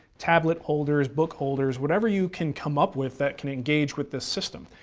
tablet holders, book holders, whatever you can come up with that can engage with this system.